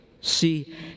See